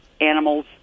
animals